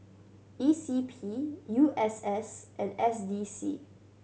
E C P U S S and S D C